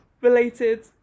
related